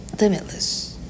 Limitless